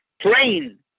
train